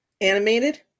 Animated